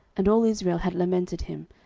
and all israel had lamented him,